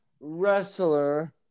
wrestler